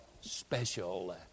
special